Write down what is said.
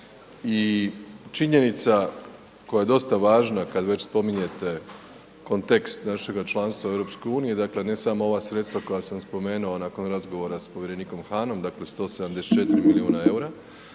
i činjenica koja je dosta važna kad već spominjete kontekst našeg članstva u EU-u, dakle ne samo ova sredstva koja sam spomenuo nakon razgovora sa povjerenikom Hahnom, dakle 174 milijuna eura,